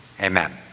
Amen